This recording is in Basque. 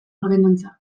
ordenantza